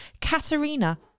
Katerina